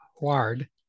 ward